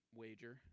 wager